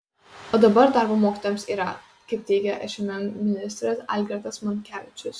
o dabar darbo mokytojams yra kaip teigia šmm ministras algirdas monkevičius